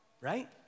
right